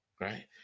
right